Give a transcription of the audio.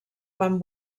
van